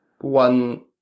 one